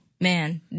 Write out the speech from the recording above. man